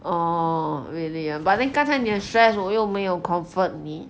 orh really ah but then 刚才你很 stress 我又没有 comfort 你